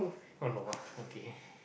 no no !wah! okay